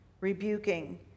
rebuking